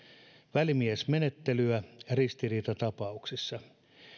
välimiesmenettelyä ristiriitatapauksissa